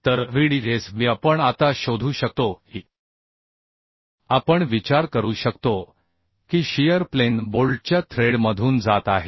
तरVdsbआपण आता शोधू शकतो की आपण विचार करू शकतो की शियर प्लेन बोल्टच्या थ्रेडमधून जात आहे